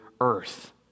earth